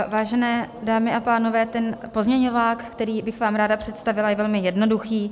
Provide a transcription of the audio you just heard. Vážené dámy a pánové, ten pozměňovák, který bych vám ráda představila, je velmi jednoduchý.